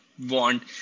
want